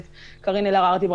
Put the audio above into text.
שכר.